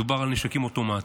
מדובר על נשקים אוטומטיים,